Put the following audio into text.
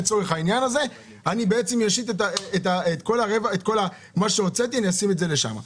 אני אשית את כל ההוצאות שם.